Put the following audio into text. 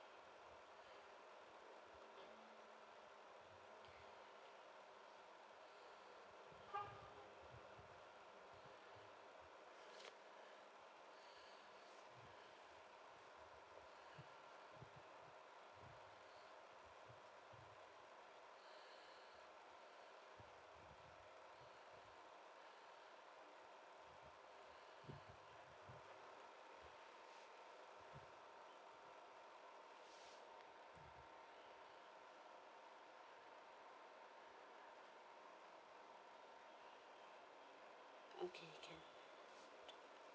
okay can